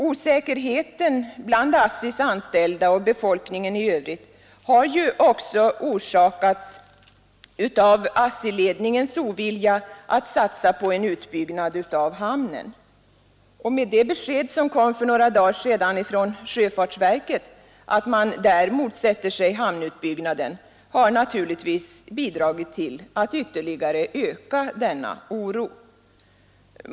Osäkerheten bland ASSI:s anställda och befolkningen i övrigt har ju också orsakats av ASSI-ledningens ovilja att satsa på en utbyggnad av hamnen. Det besked som kom för några dagar sedan från sjöfartsverket, att man där motsätter sig hamnutbyggnaden, har naturligtvis bidragit till att ytterligare öka denna oro.